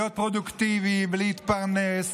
להיות פרודוקטיביים ולהתפרנס,